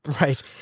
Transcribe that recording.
Right